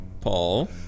Paul